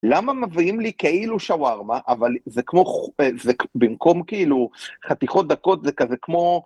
למה מביאים לי כאילו שווארמה אבל זה כמו זה במקום כאילו חתיכות דקות זה כזה כמו.